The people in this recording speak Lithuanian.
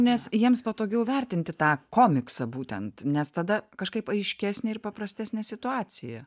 nes jiems patogiau vertinti tą komiksą būtent nes tada kažkaip aiškesnė ir paprastesnė situacija